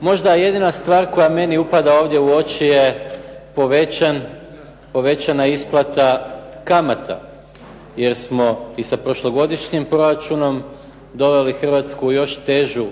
Možda jedina stvar koja meni upada ovdje u oči je povećana isplata kamata, jer smo i sa prošlogodišnjim proračunom doveli Hrvatsku u još težu